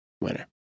Winner